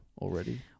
already